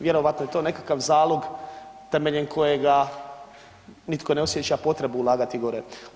Vjerojatno je to nekakav zalog temeljem kojega nitko ne osjeća potrebu ulagati gore.